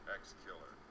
Ex-killer